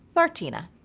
martina.